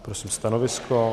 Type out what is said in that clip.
Prosím stanovisko.